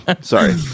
sorry